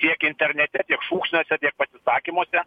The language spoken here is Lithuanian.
tiek internete tiek šūksniuose tiek pasisakymuose